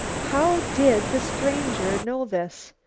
how did the stranger know this?